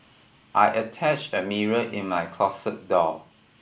I attached a mirror in my closet door